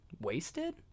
wasted